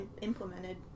implemented